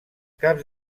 caps